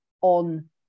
on